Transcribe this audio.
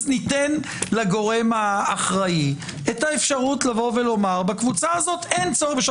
אז ניתן לגורם האחראי את האפשרות לומר: בקבוצה הזו אין צורך בשעות